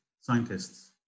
Scientists